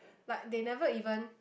like they never even